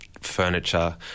furniture